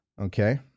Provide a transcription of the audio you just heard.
Okay